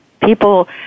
people